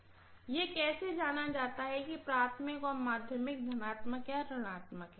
छात्र यह कैसे जाना जा सकता है कि प्राथमिक और सेकेंडरी s धनात्मक या ऋणात्मक है